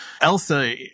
Elsa